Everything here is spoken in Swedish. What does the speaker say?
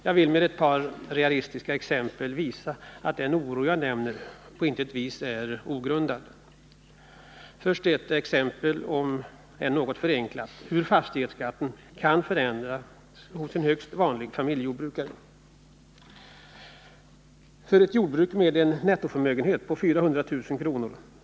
Jag vill med ett par realistiska exempel visa att den oro jag nämner på intet vis är ogrundad. Först har jag ett exempel -— om än något förenklat — på hur fastighetsskatten kan förändras hos en högst vanlig familjejordbrukare: För ett jordbruk med en nettoförmögenhet på 400 000 kr.